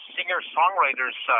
Singer-Songwriters